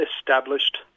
established